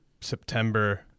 september